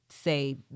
say